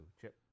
Chip